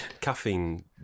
caffeine